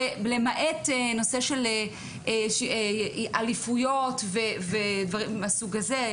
ולמעט נושא של אליפויות ודברים מהסוג הזה,